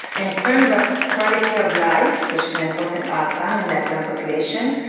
in terms of quality of life, which is an important outcome in that young population,